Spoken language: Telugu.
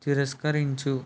తిరస్కరించు